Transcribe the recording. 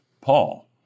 Paul